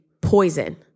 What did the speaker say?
poison